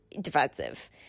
defensive